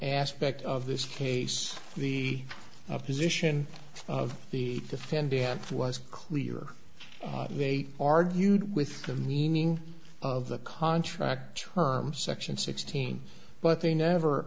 aspect of this case the position of the defendants was clear they argued with the meaning of the contract term section sixteen but they never